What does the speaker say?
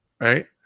right